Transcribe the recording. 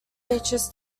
teachers